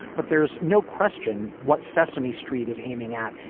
but there's no question what sesame street is aiming at.